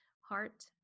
heart